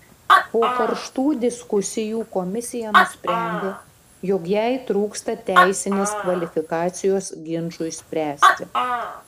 po karštų diskusijų komisija nusprendė jog jai trūksta teisinės kvalifikacijos ginčui spręsti